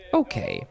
okay